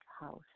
house